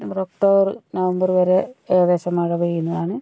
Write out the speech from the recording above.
October November വരെ ഏകദേശം മഴ പെയ്യുന്നതാണ്